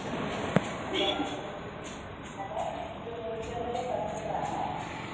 hello hello ഇത് നൂറ്റി ഒന്നിലെ കസ്റ്റമറാണെ